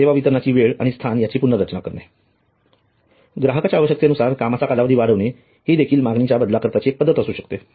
सेवा वितरणा ची वेळ आणि स्थान याची पुनर्रचना करणे ग्राहकांच्या आवश्यकतेनुसार कामाचा कालावधी वाढविणे हि देखील मागणीच्या बदलाकरीताची एक पद्धत असू शकते